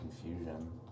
confusion